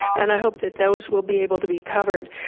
and i hope that those will be able to be covered.